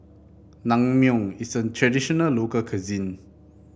Naengmyeon is a traditional local cuisine